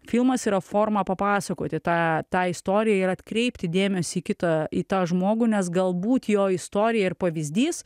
filmas yra forma papasakoti tą tą istoriją ir atkreipti dėmesį į kitą į tą žmogų nes galbūt jo istorija ir pavyzdys